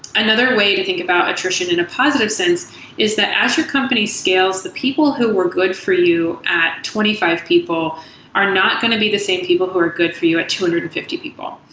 another way to think about attrition in a positive sense is that as your company scales, the people who were good for you at twenty five people are not going to be the same people who are good for you at two hundred and fifty people.